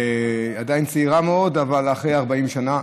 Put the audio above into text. עדיין צעירה מאוד אבל אחרי 40 שנה.